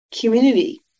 community